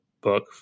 book